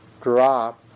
drop